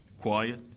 quiet,